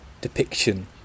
depiction